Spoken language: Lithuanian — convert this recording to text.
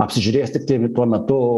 apsižiūrės tik tai tuo metu